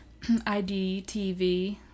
IDTV